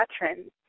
veterans